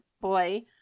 boy